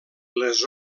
les